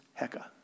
Heka